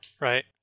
right